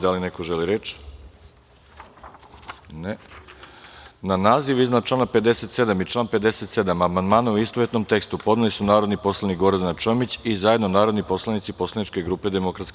Da li neko želi reč? (Ne) Na naziv iznad člana 57. i član 57. amandmane, u istovetnom tekstu, podneli su narodni poslanik Gordana Čomić i zajedno narodni poslanici poslaničke grupe DS.